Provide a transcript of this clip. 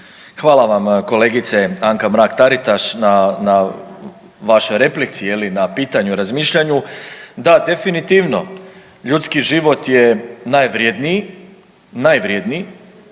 Hvala vam kolegice Anka Mrak-Taritaš na vašoj replici, na pitanju, razmišljanju. Da, definitivno, ljudski život je najvrjedniji, najvrjedniji,